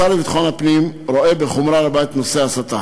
השר לביטחון הפנים רואה בחומרה רבה את ההסתה